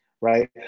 right